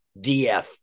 DF